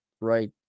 Right